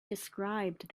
described